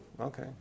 Okay